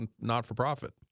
not-for-profit